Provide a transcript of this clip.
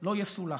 לא ייסלח.